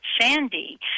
Sandy